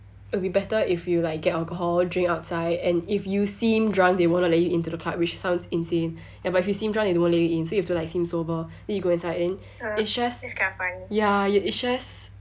it'll be better if you like get alcohol drink outside and if you seem drunk they won't like let you into the pub which sounds insane ya but if you seem drunk they won't let you in so you have to like seem sober then you go inside and it's just ya y~ it's just